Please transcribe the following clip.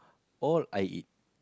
all I eat